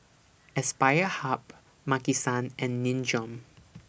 Aspire Hub Maki San and Nin Jiom